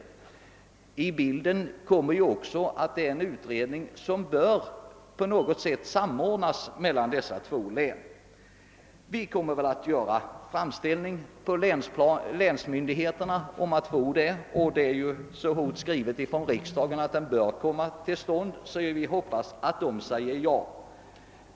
Till bilden hör också att det gäller en utredning som på något sätt bör samordnas mellan dessa två län. Förmodligen kommer vi att göra en framställning om det till länsmyndigheterna, och eftersom riksdagen har skrivit att utredningen bör komma till stånd hoppas vi att länsmyndigheterna säger ja.